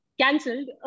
cancelled